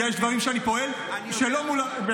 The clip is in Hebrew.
יש דברים שאני פועל בהם שלא בחקיקה.